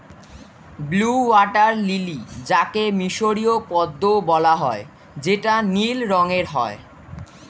blue water lily যাকে মিসরীয় পদ্মও বলা হয় যেটা নীল রঙের হয়